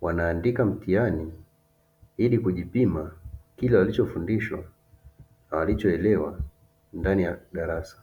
wanaandika mtihani ili kujipima kila walichofundishwa na walichoelewa ndani ya darasa.